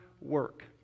work